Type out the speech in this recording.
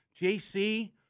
JC